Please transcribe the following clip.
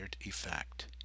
effect